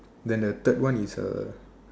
then the third one is a